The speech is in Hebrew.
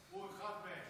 הוא אחד מהם.